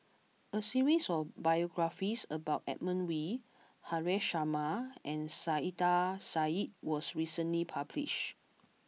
a series of biographies about Edmund Wee Haresh Sharma and Saiedah Said was recently published